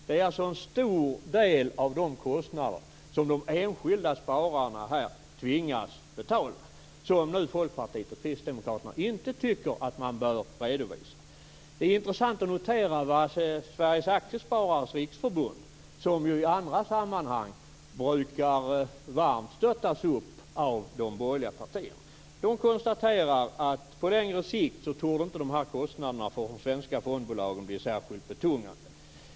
Det är alltså en stor del av dessa kostnader som de enskilda spararna här tvingas betala och som Folkpartiet och Kristdemokraterna inte tycker att man bör redovisa. Det är intressant att notera vad Sveriges Aktiesparares Riksförbund, som ju i andra sammanhang brukar stöttas varmt av de borgerliga partierna, uttalar. Sveriges Aktiesparares Riksförbund konstaterar: På längre sikt torde inte dessa kostnader för de svenska fondbolagen bli särskilt betungande.